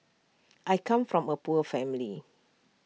I come from A poor family